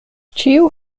ĉiu